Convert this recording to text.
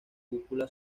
cúpula